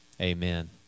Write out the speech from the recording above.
Amen